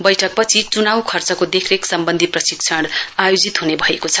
वैठकपछि चुनाउ खर्चको देखरेख सम्वन्धी प्रशिक्षण आयोजित हुने भएको छ